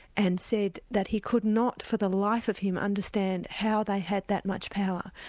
and said that he could not for the life of him understand how they had that much power.